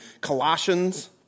Colossians